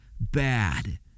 bad